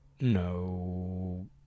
No